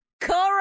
correct